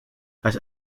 has